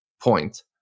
point